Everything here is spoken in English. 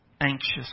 anxious